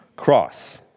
Cross